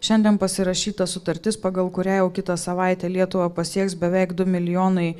šiandien pasirašyta sutartis pagal kurią jau kitą savaitę lietuvą pasieks beveik du milijonai